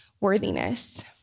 worthiness